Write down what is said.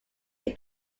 they